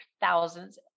thousands